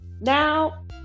now